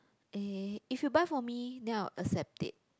eh if you buy for me then I'll accept it